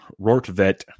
Rortvet